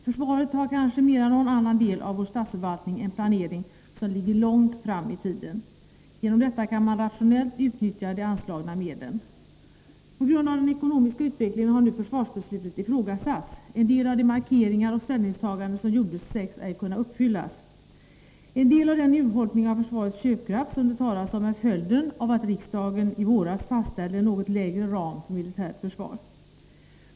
Försvaret har kanske mer än någon annan del av vår statsförvaltning en planering som ligger långt fram i tiden. Genom detta kan man rationellt utnyttja de anslagna medlen. På grund av den ekonomiska utvecklingen har nu försvarsbeslutet ifrågasatts. En del av de markeringar och ställningstaganden som gjordes sägs ej kunna uppfyllas. En del av den urholkning av försvarets köpkraft som det talas om är en följd av att riksdagen i våras fastställde en något lägre ram för militärt försvar.